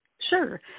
Sure